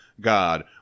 God